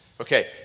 okay